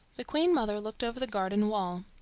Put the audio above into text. the queen-mother looked over the garden wall.